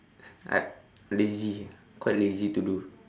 I lazy quite lazy to do